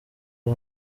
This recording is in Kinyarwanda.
ubu